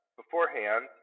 beforehand